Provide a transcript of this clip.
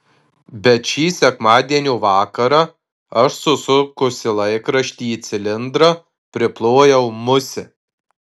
bet šį sekmadienio vakarą aš susukusi laikraštį į cilindrą priplojau musę